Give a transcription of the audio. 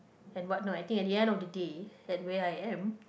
and what not I think at the end of the day that where I am